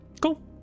cool